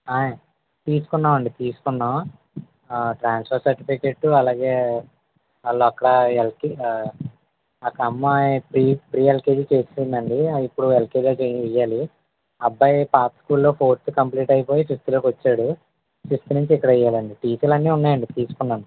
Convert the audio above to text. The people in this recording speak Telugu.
తీసుకున్నామండి తీసుకున్నాము ట్రాన్స్ఫర్ సర్టిఫికెట్టు అలాగే వాళ్ళక్కడ ఎల్కే అక అమ్మాయి ప్రీ ప్రీ ఎల్కేజీ చేసేసిందండి ఇప్పుడు ఎల్కేజీలో వెయ్యాలి అబ్బాయి పాత స్కూల్లో ఫౌర్త్ కంప్లీట్ అయిపోయి ఫిఫ్త్లోకి వచ్చాడు ఫిఫ్త్ నుంచి ఇక్కడెయ్యాలండి టీసీలన్నీ ఉన్నాయండి తీసుకున్నాము